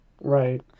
Right